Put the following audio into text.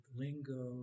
lingo